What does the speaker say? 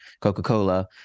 Coca-Cola